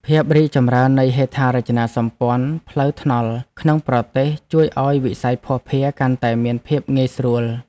ភាពរីកចម្រើននៃហេដ្ឋារចនាសម្ព័ន្ធផ្លូវថ្នល់ក្នុងប្រទេស ជួយឱ្យវិស័យភស្តុភារកាន់តែមានភាពងាយស្រួល។